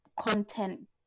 content